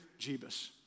Jebus